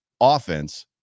offense